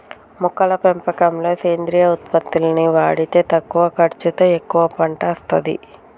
మొక్కల పెంపకంలో సేంద్రియ ఉత్పత్తుల్ని వాడితే తక్కువ ఖర్చుతో ఎక్కువ పంట అస్తది